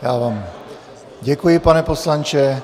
Já vám děkuji, pane poslanče.